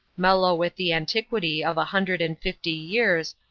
mellow with the antiquity of a hundred and fifty years,